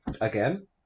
Again